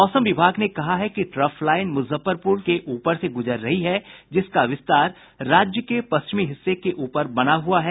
मौसम विभाग ने कहा है कि ट्रफलाईन मुजफ्फरपुर के ऊपर से गुजर रही है जिसका विस्तार राज्य के पश्चिमी हिस्से के ऊपर ही बना हुआ है